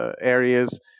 areas